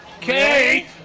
Kate